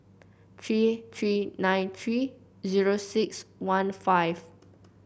three three nine three zero six one five